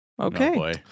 Okay